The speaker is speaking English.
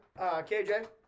KJ